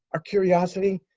our curiosity?